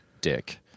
dick